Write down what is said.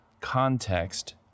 context